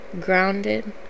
grounded